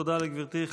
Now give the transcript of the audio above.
תודה לגברתי.